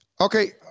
Okay